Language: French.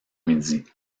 midi